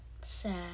Sad